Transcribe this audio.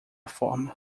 forma